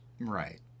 right